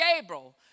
Gabriel